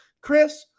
Chris